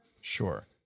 Sure